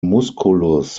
musculus